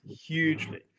hugely